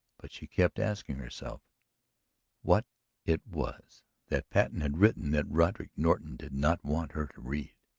but she kept asking herself what it was that patten had written that roderick norton did not want her to read.